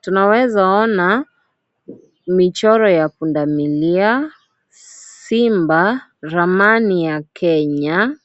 tunaweza ona michoro ya pundamilia, simba, ramani ya Kenya.